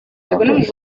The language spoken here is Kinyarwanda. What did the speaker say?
santos